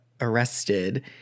arrested